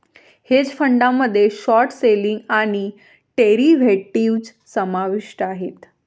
hedge फंडामध्ये short selling आणि derivatives समाविष्ट आहेत